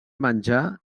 menjar